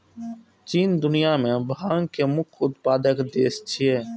चीन दुनिया मे भांग के मुख्य उत्पादक देश छियै